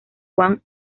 juan